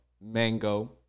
Mango